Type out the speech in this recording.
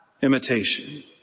imitation